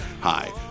Hi